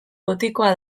gotikoa